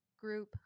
group